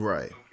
Right